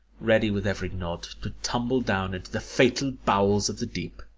ready, with every nod, to tumble down into the fatal bowels of the deep.